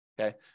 okay